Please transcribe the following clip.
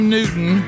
Newton